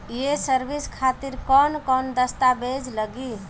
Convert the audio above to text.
ये सर्विस खातिर कौन कौन दस्तावेज लगी?